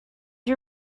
you